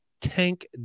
Tank